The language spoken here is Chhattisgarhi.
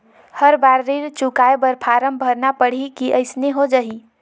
हर बार ऋण चुकाय बर फारम भरना पड़ही की अइसने हो जहीं?